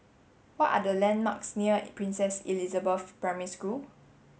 what are the landmarks near Princess Elizabeth Primary School